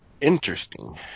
Interesting